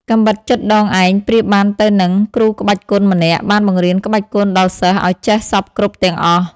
កាំបិតចិតដងឯងប្រៀបបានទៅនឹង គ្រូក្បាច់គុនម្នាក់ បានបង្រៀនក្បាច់គុនដល់សិស្សឲ្យចេះសព្វគ្រប់ទាំងអស់ ។